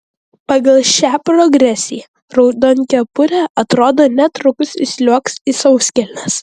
pagal šią progresiją raudonkepurė atrodo netrukus įsliuogs į sauskelnes